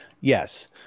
yes